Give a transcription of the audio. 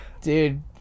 dude